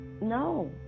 No